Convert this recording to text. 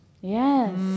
Yes